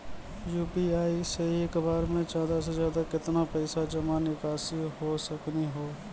UPI से एक बार मे ज्यादा से ज्यादा केतना पैसा जमा निकासी हो सकनी हो?